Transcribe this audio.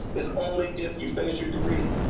it's only if you finish your degree,